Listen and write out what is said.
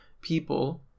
people